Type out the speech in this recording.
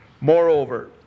Moreover